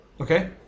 Okay